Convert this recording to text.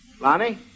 Lonnie